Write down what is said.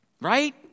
right